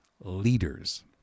leaders